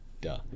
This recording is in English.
Duh